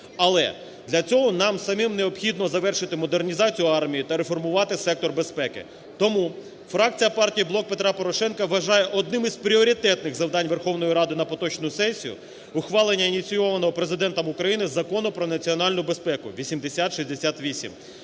але для цього нам самим необхідно завершити модернізацію армії та реформувати сектор безпеки. Тому фракція партії "Блок Петра Порошенка" вважає одним із пріоритетних завдань Верховної Ради на поточну сесію ухвалення ініційованого Президентом України Закону про національну безпеку 8068.